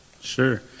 Sure